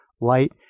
light